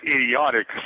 idiotic